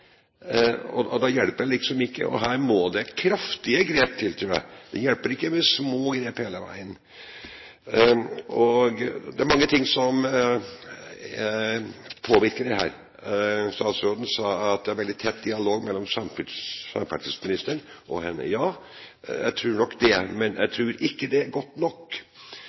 og da hjelper det ikke. Her må det kraftige grep til, tror jeg. Det hjelper ikke med små grep hele veien. Det er mange ting som påvirker dette. Statsråden sa at det er veldig tett dialog mellom samferdselsministeren og henne. Ja, jeg tror nok det, men jeg tror ikke det er godt nok.